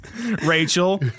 Rachel